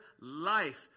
life